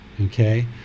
okay